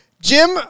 Jim